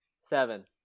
Seven